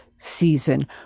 season